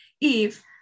Eve